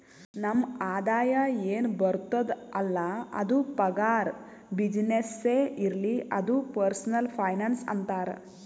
ನಮ್ ಆದಾಯ ಎನ್ ಬರ್ತುದ್ ಅಲ್ಲ ಅದು ಪಗಾರ, ಬಿಸಿನ್ನೆಸ್ನೇ ಇರ್ಲಿ ಅದು ಪರ್ಸನಲ್ ಫೈನಾನ್ಸ್ ಅಂತಾರ್